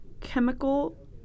chemical